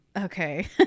okay